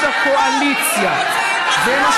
אדוני, צא החוצה.